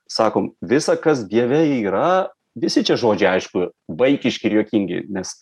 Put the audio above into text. sakom visa kas dieve yra visi čia žodžiai aišku vaikiški ir juokingi nes